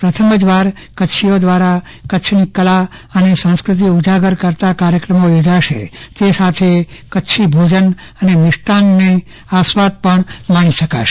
પ્રથમ જ વખત કચ્છીઓ દ્વારા કચ્છની કલા અને સંસ્કૃતિ ઉજાગર કરતા કાર્યક્રમો યોજાશે તે સાથે કચ્છી ભોજન અને મિષ્ટાનનો આસ્વાદ માણી શકાશે